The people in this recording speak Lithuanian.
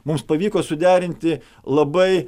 mums pavyko suderinti labai